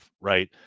right